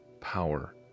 power